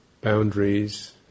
boundaries